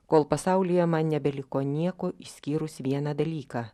kol pasaulyje man nebeliko nieko išskyrus vieną dalyką